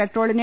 പെട്രോളിന്